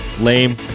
lame